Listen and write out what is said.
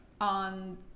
on